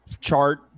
chart